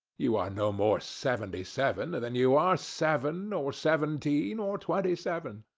you are no more seventy seven than you are seven or seventeen or twenty seven.